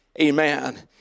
Amen